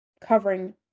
covering